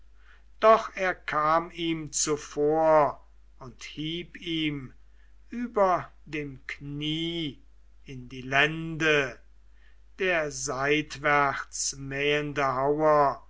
doch er kam ihm zuvor und hieb ihm über dem knie in die lende der seitwärts mähende